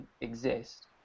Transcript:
exist